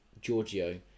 Giorgio